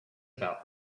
about